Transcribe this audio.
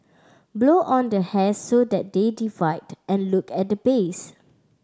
blow on the hairs so that they divide and look at the base